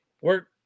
Work